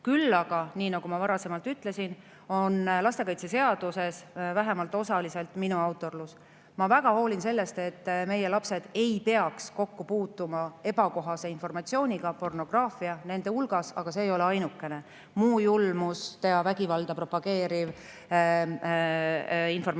Küll aga, nii nagu ma varasemalt ütlesin, on lastekaitseseaduses vähemalt osaliselt minu autorlus. Ma väga hoolin sellest, et meie lapsed ei peaks kokku puutuma ebakohase informatsiooniga, pornograafiaga selle hulgas, aga see ei ole ainukene, julmust ja vägivalda propageeriv informatsioon ja